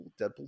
Deadpool